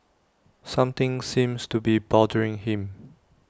something seems to be bothering him